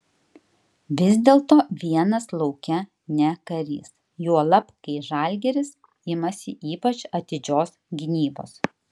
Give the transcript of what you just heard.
vis dėlto vienas lauke ne karys juolab kai žalgiris imasi ypač atidžios gynybos